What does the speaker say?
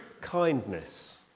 kindness